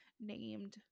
named